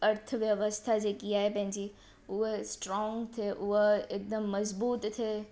अर्थव्यवस्था जेकी आहे पंहिंजी उहे स्ट्रॉंग थिए हूअ हिकदमि मज़बूत थिए